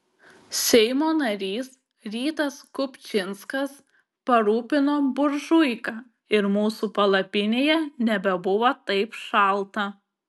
seimo narys rytas kupčinskas parūpino buržuiką ir mūsų palapinėje nebebuvo taip šalta